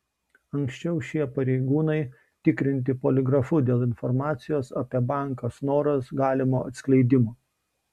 anksčiau šie pareigūnai tikrinti poligrafu dėl informacijos apie banką snoras galimo atskleidimo